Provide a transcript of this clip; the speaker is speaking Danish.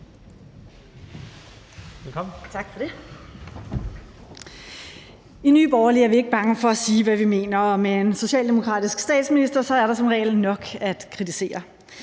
I Nye Borgerlige er vi ikke bange for at sige, hvad vi mener, og med en socialdemokratisk statsminister er der som regel nok at kritisere.